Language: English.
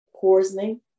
poisoning